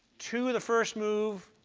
two the first move,